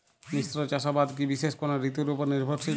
মিশ্র চাষাবাদ কি বিশেষ কোনো ঋতুর ওপর নির্ভরশীল?